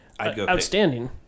outstanding